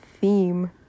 theme